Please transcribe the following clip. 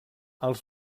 als